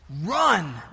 Run